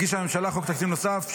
הגישה הממשלה חוק תקציב נוסף שני,